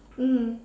mm